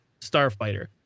starfighter